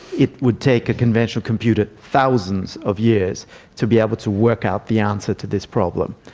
it would take a conventional computer thousands of years to be able to work out the answer to this problem.